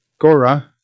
Gora